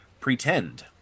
pretend